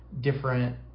different